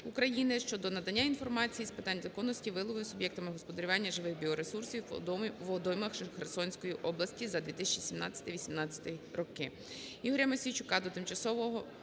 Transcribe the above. України щодо надання інформації з питань законності вилову суб'єктами господарювання живих біоресурсів у водоймах Херсонської області за 2017-2018 роки.